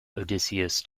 odysseus